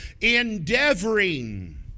endeavoring